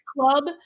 club